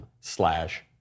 slash